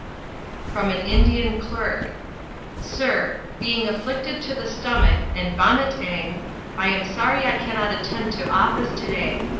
from an indian clerk sir. being afflicted to the stomach and vomiteng i am sorry i cannot attend to office today.